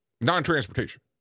Non-transportation